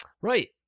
Right